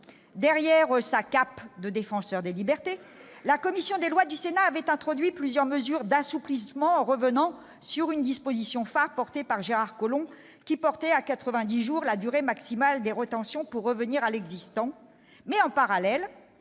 derrière sa cape de « défenseur des libertés », la commission des lois du Sénat avait introduit plusieurs mesures « d'assouplissement » revenant sur la disposition phare de Gérard Collomb, qui portait à 90 jours la durée maximale de rétention, et rétablissant